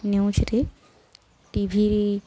ନ୍ୟୁଜରେ ଟିଭିରେ